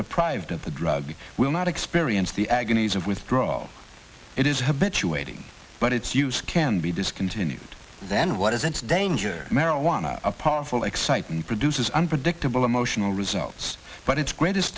deprived of the drug will not experience the agonies of withdrawal it is a bit you waiting but its use can be discontinued then what is in danger marijuana a powerful excitement produces unpredictable emotional results but its greatest